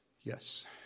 Yes